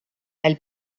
elles